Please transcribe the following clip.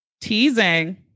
teasing